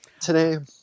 today